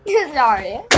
Sorry